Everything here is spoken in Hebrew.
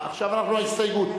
עכשיו אנחנו מצביעים על ההסתייגות.